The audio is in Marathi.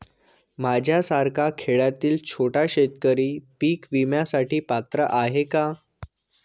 माझ्यासारखा खेड्यातील छोटा शेतकरी पीक विम्यासाठी पात्र आहे का?